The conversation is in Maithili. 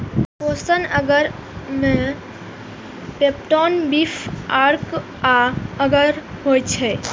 पोषक अगर मे पेप्टोन, बीफ अर्क आ अगर होइ छै